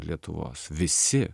lietuvos visi